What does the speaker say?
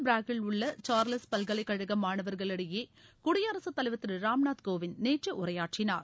பிராக்கில் உள்ள சார்லஸ் பல்கலைக்கழக மாணவர்களிடையே குடியரசு தலைவர் திரு ராம்நாத் கோவிந்த் நேற்று உரையாற்றினார்